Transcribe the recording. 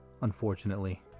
unfortunately